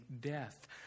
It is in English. death